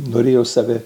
norėjau save